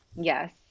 Yes